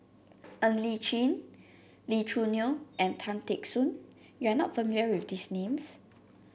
Ng Li Chin Lee Choo Neo and Tan Teck Soon you are not familiar with these names